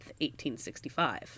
1865